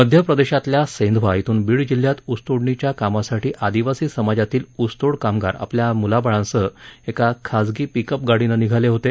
मध्यप्रेदशातल्या सेंधवा श्रिन बीड जिल्ह्यात ऊसतोडणीच्या कामासाठी आदिवासी समाजातील ऊसतोड कामगार आपल्या मुलाबाळांसह एका खासगी पिकअप गाडीनं निघाले होते